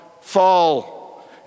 fall